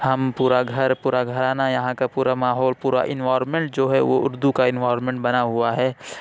ہم پورا گھر پورا گھرانہ یہاں کا پورا ماحول پورا انوائرمنٹ جو ہے وہ اردو کا انوائرمنٹ بنا ہوا ہے